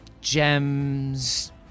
Gems